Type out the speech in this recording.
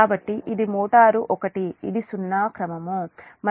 కాబట్టి ఇది మోటారు 1 ఇది సున్నా క్రమం మరియు ఇది j0